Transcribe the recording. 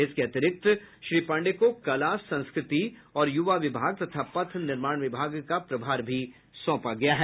इसके अतिरिक्त श्री पांडेय को कला संस्कृति और युवा विभाग तथा पथ निर्माण विभाग का प्रभार भी सौंपा गया है